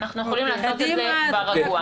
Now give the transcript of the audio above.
אנחנו יכולים לעשות את זה ברגוע.